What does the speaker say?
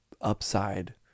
upside